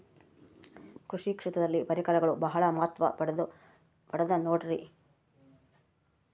ಕೃಷಿ ಕ್ಷೇತ್ರದಲ್ಲಿ ಪರಿಕರಗಳು ಬಹಳ ಮಹತ್ವ ಪಡೆದ ನೋಡ್ರಿ?